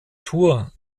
tours